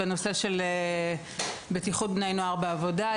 בנושא של בטיחות בני נוער בעבודה.